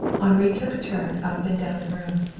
henri took a turn up and down the room.